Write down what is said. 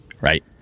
right